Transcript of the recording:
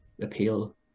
appeal